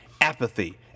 apathy